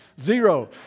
Zero